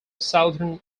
southern